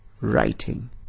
writing